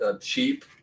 cheap